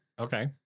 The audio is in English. okay